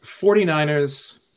49ers